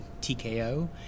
TKO